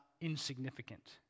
insignificant